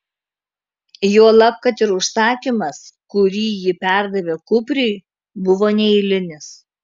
juolab kad ir užsakymas kurį ji perdavė kupriui buvo neeilinis